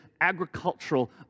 agricultural